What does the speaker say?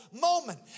moment